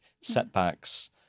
Setbacks